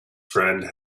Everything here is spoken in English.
friend